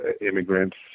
immigrants